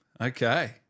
Okay